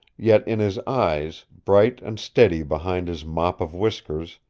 yet in his eyes, bright and steady behind his mop of whiskers,